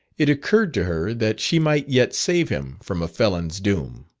it occurred to her that she might yet save him from a felon's doom.